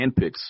handpicks